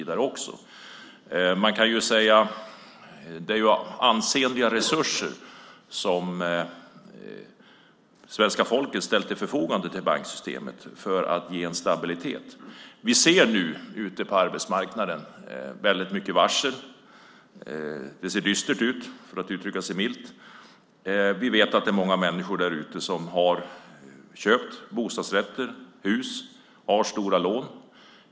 Det är ansenliga resurser som svenska folket ställt till banksystemets förfogande för att ge stabilitet. Vi ser nu ute på arbetsmarknaden väldigt många varsel. Det ser dystert ut, för att uttrycka sig milt. Vi vet att många människor där ute som har köpt bostadsrätter eller hus har stora lån.